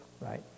right